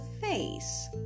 face